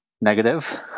negative